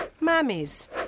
mammies